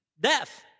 death